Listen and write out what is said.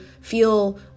feel